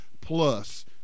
plus